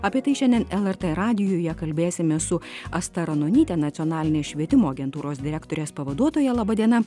apie tai šiandien lrt radijuje kalbėsimės su asta ranonyte nacionalinės švietimo agentūros direktorės pavaduotoja laba diena